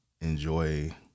enjoy